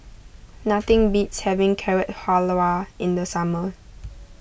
nothing beats having Carrot Halwa in the summer